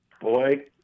Boy